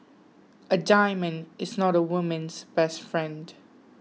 a diamond is not a woman's best friend